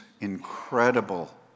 incredible